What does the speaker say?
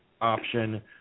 option